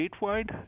statewide